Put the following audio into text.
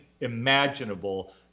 imaginable